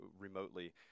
remotely